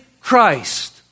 Christ